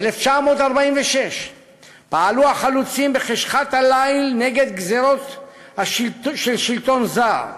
ב-1946 פעלו החלוצים בחשכת הליל נגד גזירות שלטון זר.